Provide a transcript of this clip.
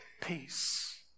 peace